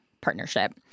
partnership